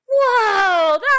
whoa